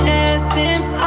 essence